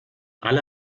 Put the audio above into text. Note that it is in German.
alle